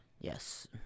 Yes